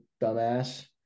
dumbass